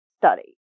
study